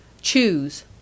Choose